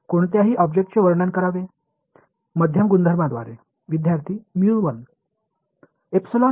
நடுத்தர பண்புகள் மூலம் ஒரு தடை அல்லது எந்தவொரு பொருளையும் நான் எவ்வாறு வகைப்படுத்த வேண்டும்